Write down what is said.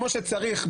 מכו שצריך,